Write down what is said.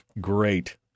Great